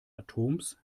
atoms